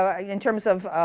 ah yeah in terms of